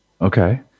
okay